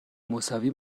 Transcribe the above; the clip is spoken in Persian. مساوی